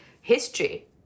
history